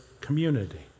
community